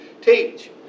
teach